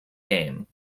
game